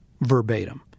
verbatim